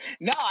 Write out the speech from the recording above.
No